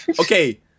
Okay